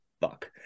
fuck